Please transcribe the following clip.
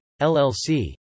LLC